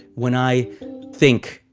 when i think,